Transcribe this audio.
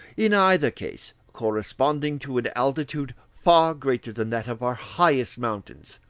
in either case corresponding to an altitude far greater than that of our highest mountains.